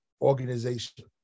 organization